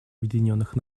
объединенных